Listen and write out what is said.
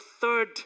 third